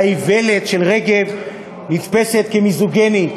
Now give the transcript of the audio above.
כל אמירה נגד האיוולת של רגב נתפסת כמיזוגנית,